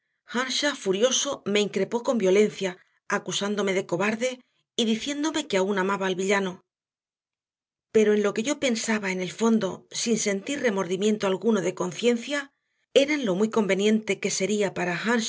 earnshaw furioso me increpó con violencia acusándome de cobarde y diciéndome que aún amaba al villano pero en lo que yo pensaba en el fondo sin sentir remordimiento alguno de conciencia era en lo muy conveniente que sería para